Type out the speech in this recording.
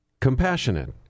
compassionate